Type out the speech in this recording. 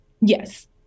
Yes